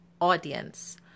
audience